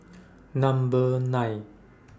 Number nine